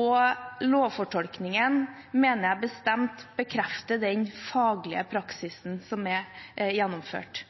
og lovfortolkningen mener jeg bestemt bekrefter den faglige praksisen som er gjennomført.